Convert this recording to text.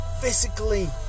physically